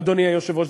אדוני היושב-ראש,